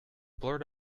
blurt